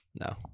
no